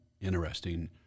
interesting